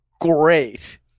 great